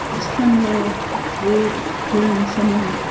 it's kinda weird burying someone